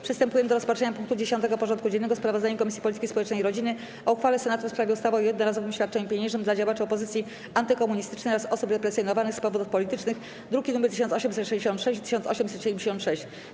Przystępujemy do rozpatrzenia punktu 10. porządku dziennego: Sprawozdanie Komisji Polityki Społecznej i Rodziny o uchwale Senatu w sprawie ustawy o jednorazowym świadczeniu pieniężnym dla działaczy opozycji antykomunistycznej oraz osób represjonowanych z powodów politycznych (druki nr 1866 i 1876)